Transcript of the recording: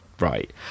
right